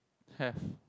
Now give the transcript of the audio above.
have